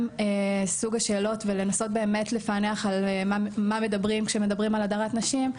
סוג השאלות ולנסות באמת לפענח על מה מדברים כשמדברים על הדרת נשים,